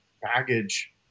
baggage